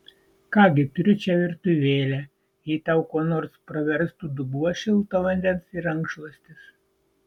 ką gi turiu čia virtuvėlę jei tau kuo nors praverstų dubuo šilto vandens ir rankšluostis